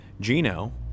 Gino